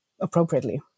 appropriately